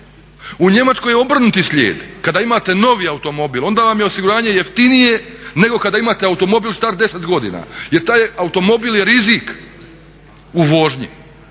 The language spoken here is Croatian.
U Njemačkoj je obrnuti slijed, kada imate novi automobil onda vam je osiguranje jeftinije nego kada imate automobil star 10 godina jer taj automobil je rizik u vožnji